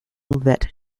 vet